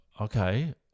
okay